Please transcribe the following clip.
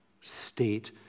state